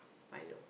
Milo